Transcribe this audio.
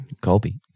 Colby